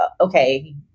okay